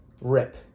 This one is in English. Rip